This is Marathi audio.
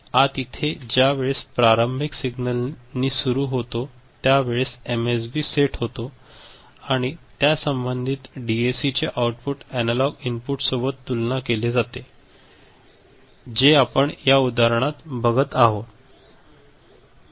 आत इथे ज्या वेळेस प्रारंभिक सिग्नल नि सुरु होतो त्या वेळेस एमएसबी सेट होतो आणि त्या संबंधित डीएसी चे आउटपुट अनालॉग इनपुट सोबत तुलना केले जाते जे आपण या उदाहरणात बघत आहे